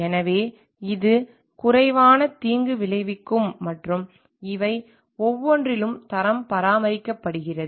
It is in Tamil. எனவே இது குறைவான தீங்கு விளைவிக்கும் மற்றும் இவை ஒவ்வொன்றிலும் தரம் பராமரிக்கப்படுகிறது